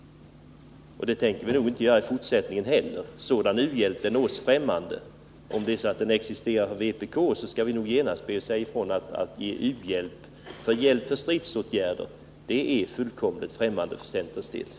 Och det tänker vi inte göra i fortsättningen heller. Sådan u-hjälp är oss främmande. Om den existerar för vpk, kan jag genast säga ifrån att det för centerns del är fullkomligt främmande att ge u-hjälp för stridsåtgärder.